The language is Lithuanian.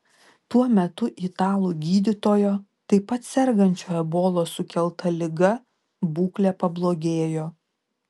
tuo metu italų gydytojo taip pat sergančio ebolos sukelta liga būklė pablogėjo